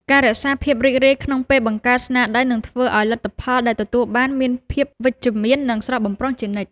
ការរក្សាភាពរីករាយក្នុងពេលបង្កើតស្នាដៃនឹងធ្វើឱ្យលទ្ធផលដែលទទួលបានមានភាពវិជ្ជមាន និង ស្រស់បំព្រងជានិច្ច។